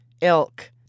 ilk